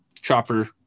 Chopper